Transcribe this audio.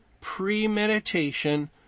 premeditation